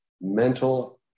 mental